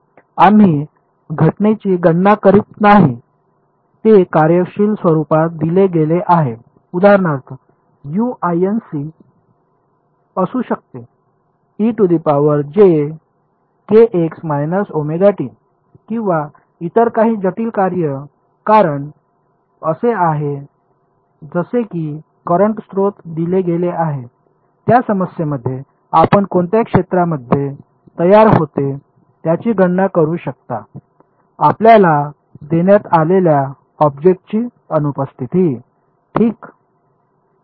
नाही आम्ही घटनेची गणना करीत नाही जे कार्यशील स्वरुपात दिले गेले आहे उदाहरणार्थ असू शकते किंवा इतर काही जटिल कार्य कारण असे आहे जसे की करंट स्त्रोत दिले गेले आहे त्या समस्येमध्ये आपण कोणत्या क्षेत्रामध्ये तयार होते याची गणना करू शकता आपल्याला देण्यात आलेल्या ऑब्जेक्टची अनुपस्थिती ठीक